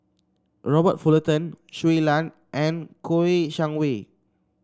Robert Fullerton Shui Lan and Kouo Shang Wei